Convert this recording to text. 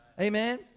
amen